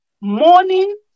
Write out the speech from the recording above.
Morning